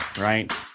right